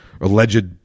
alleged